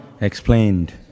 explained